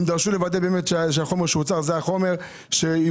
הם דרשו לוודא שהחומר שיוצר זה החומר שיובא,